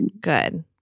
Good